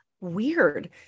weird